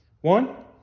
One